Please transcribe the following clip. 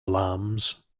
alarms